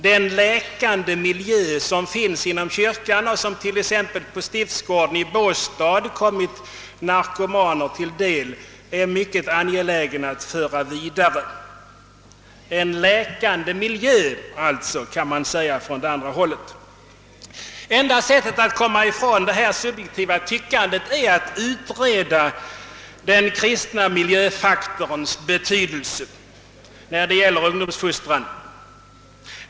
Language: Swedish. Den läkande miljö, som finns inom kyrkan och som exempelvis har kommit narkomaner till del på stiftsgården i Båstad, är det mycket angeläget att föra vidare.» Det enda sättet att komma ifrån det nuvarande subjektiva tyckandet är att utreda den kristna miljöfaktorns betydelse i ungdomens fostran.